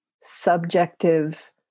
subjective